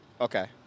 Okay